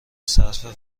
صرف